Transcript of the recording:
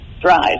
drive